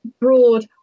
broad